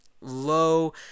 low